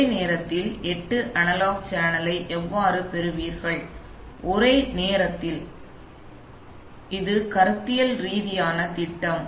ஒரே நேரத்தில் எட்டு அனலாக் சேனலை எவ்வாறு பெறுவீர்கள் ஒரே நேரத்தில் எனவே இது கருத்தியல் ரீதியான திட்டம்